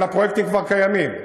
אבל הפרויקטים כבר קיימים.